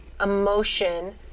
emotion